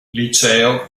liceo